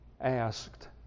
asked